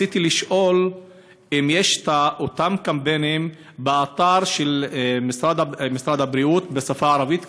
רציתי לשאול אם יש את אותם קמפיינים באתר של משרד הבריאות בשפה הערבית,